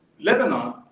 Lebanon